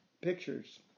pictures